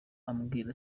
ambwira